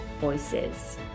voices